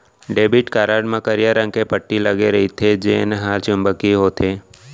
debit card म करिया रंग के पट्टी लगे रथे जेन हर चुंबकीय होथे